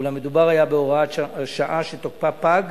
אולם מדובר היה בהוראת שעה שתוקפה פג,